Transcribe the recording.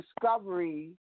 discovery